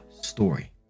story